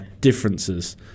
differences